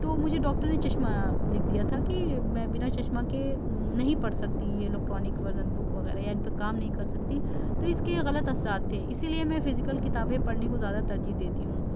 تو مجھے ڈاکٹر نے چشمہ لکھ دیا تھا کہ میں بنا چشمہ کے نہیں پڑھ سکتی یہ الیکٹرانک ورژن بک وغیرہ یا ان پہ کام نہیں کر سکتی تو اس کے غلط اثرات تھے اسی لیے میں فزیکل کتابیں پڑھنے کو زیادہ ترجیح دیتی ہوں